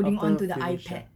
after finish that